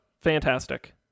fantastic